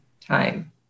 time